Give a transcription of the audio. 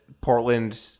Portland